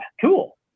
cool